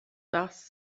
das